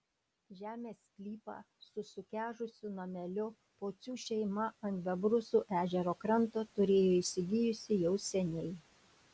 žemės sklypą su sukežusiu nameliu pocių šeima ant bebrusų ežero kranto turėjo įsigijusi jau seniai